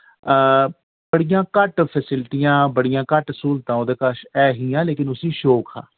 बड़ियां घट फैसिलिटियां बड़ियां घट सहूलतां उदे कच्छ ऐ हियां लेकिन उस्सी शौक हा